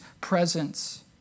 presence